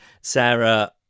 Sarah